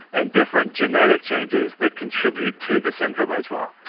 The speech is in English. and different genetic changes that contribute to the syndrome as well.